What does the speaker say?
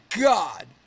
god